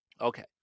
Okay